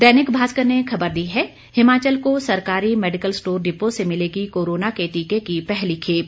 दैनिक भास्कर ने खबर दी है हिमाचल को सरकारी मेडिकल स्टोर डिपो से मिलेगी कोरोना के टीके की पहली खेप